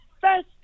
first